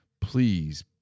please